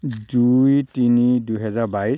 দুই তিনি দুহেজাৰ বাইছ